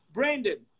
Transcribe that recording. Brandon